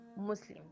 muslim